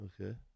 Okay